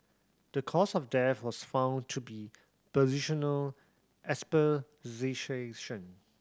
the cause of death was found to be positional